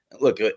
look